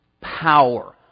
power